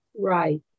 Right